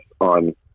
on